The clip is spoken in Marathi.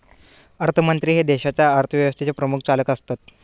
अर्थमंत्री हे देशाच्या अर्थव्यवस्थेचे प्रमुख चालक असतत